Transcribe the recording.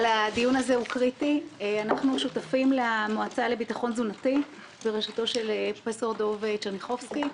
אנחנו שותפים למועצה לביטחון תזונתי בראשותו של פרופ' דב צ'רניחובסקי.